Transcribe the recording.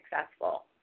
successful